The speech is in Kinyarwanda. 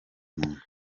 muntu